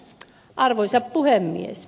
arvoisa puhemies